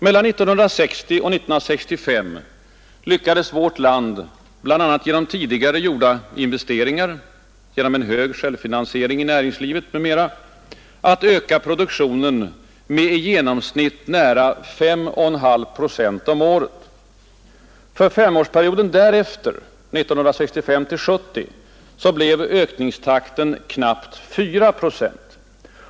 Mellan 1960 och 1965 lyckades vårt land, bl.a. genom tidigare gjorda investeringar och en hög självfinansiering i näringslivet, öka produktionen med i genomsnitt nära 5,5 procent om året. För femårsperioden därefter, 1965-1970, blev ökningstakten knappt 4 procent.